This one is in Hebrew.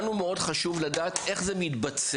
לנו מאוד חשוב לדעת איך זה מתבצע?